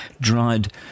Dried